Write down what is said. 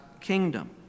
kingdom